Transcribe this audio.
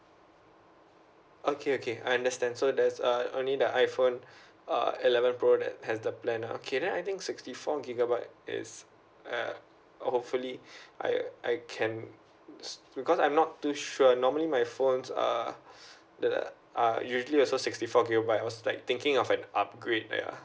okay okay I understand so there's uh only the iPhone uh eleven pro that has the plan uh okay then I think sixty four gigabyte is ya I hopefully I I can because I'm not too sure normally my phone uh the uh usually also sixty four gigabyte I was like thinking of an upgrade ya